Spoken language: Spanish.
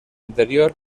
anterior